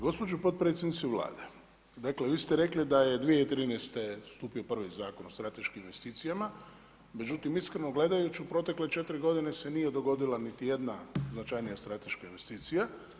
Gospođo potpredsjednice Vlade, dakle, vi ste rekli da je 2013. stupio prvi Zakon o strateškim investicijama, međutim, iskreno gledajući u proteklih 4 g. se nije dogodila niti jedna značajnija strateška investicija.